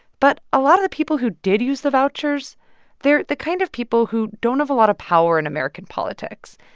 but a lot of the people who did use the vouchers they're the kind of people who don't have a lot of power in american politics.